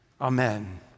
Amen